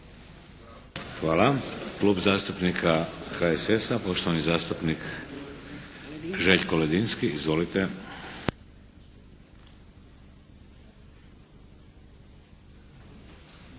Hvala. Klub zastupnika HSS-a, poštovani zastupnik Željko Ledinski. Izvolite.